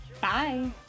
Bye